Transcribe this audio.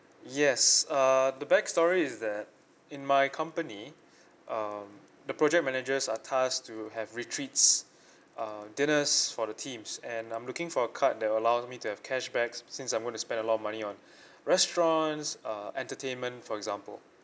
yes uh the backstory is that in my company um the project managers our task to have retreats uh dinners for the teams and I'm looking for a card that allow me to have cashback since I'm gonna spend a lot of money on restaurants uh entertainment for example